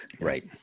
Right